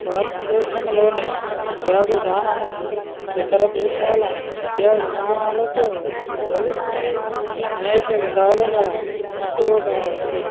భారతదేశంలోని విద్యా విధానము ఇతర దేశాల విద్యా విధానాలతో పోలిస్తే అనేక విధాలుగా తక్కువగా ఉంది